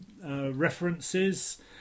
references